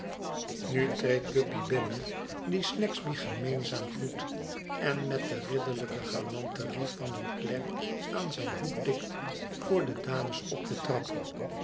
nu treedt guppy binnen die snagsby gemeenzaam groet en met de ridderlijke galanterie van een klerk aan zijn hoed tikt voor de dames op de trap